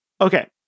Okay